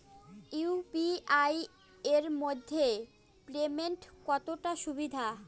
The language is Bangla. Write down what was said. ইউ.পি.আই এর মাধ্যমে পেমেন্ট কতটা সুরক্ষিত?